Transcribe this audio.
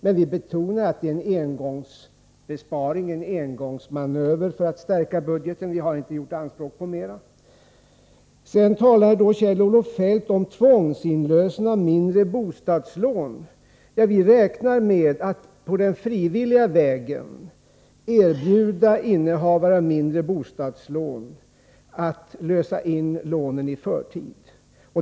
Men vi betonar att det är en engångsbesparing, en engångsmanöver för att stärka budgeten. Vi har inte gjort anspråk på mera. Sedan talade Kjell-Olof Feldt om tvångsinlösen av mindre bostadslån. Vi räknar med att på frivillig väg erbjuda innehavare av mindre bostadslån att lösa in lånen i förtid.